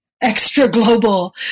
extra-global